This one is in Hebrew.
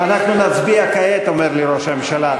אנחנו נצביע כעת, אומר לי ראש הממשלה.